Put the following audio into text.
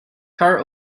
car